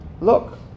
look